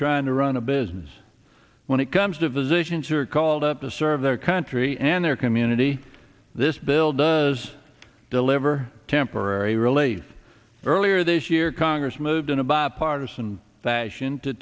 trying to run a business when it comes to visit friends who are called up to serve their country and their community this bill does deliver temporary relief earlier this year congress moved in a bipartisan fashion to